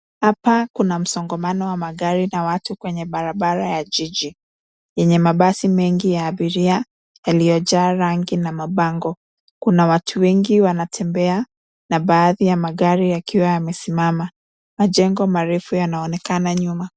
Hapa kuna msongamano wa magari na watu kwenye barabara ya jiji, yenye mabasi mengi ya abiria yaliyojaa rangi na mabango. Kuna watu wengi wanatembea na baadhi ya magari yakiwa yamesimama. Majengo marefu yanaonekana nyuma.